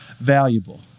valuable